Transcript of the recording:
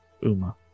Uma